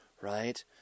right